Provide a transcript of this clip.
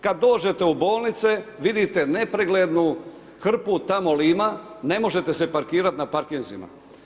Kada dođete u bolnice, vidite nepreglednu hrpu tamo lima, ne možete se parkirati na parkinzima.